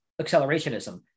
accelerationism